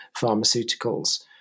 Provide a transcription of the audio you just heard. pharmaceuticals